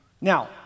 now